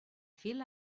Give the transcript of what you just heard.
fil